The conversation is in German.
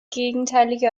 gegenteilige